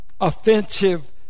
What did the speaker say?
offensive